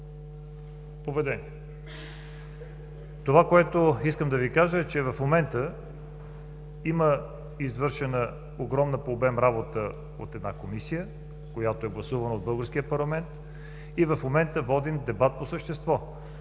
поведение? Искам да Ви кажа, че има извършена огромна по обем работа от Комисия, която е гласувана от българския парламент, и в момента водим дебат по същество.